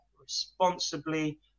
responsibly